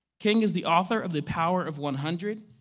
king is the author of the power of one hundred!